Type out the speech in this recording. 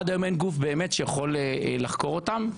עד היום אין גוף באמת שיכול לחקור אותם,